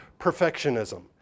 perfectionism